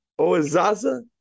Ozaza